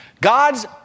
God's